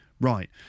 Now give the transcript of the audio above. Right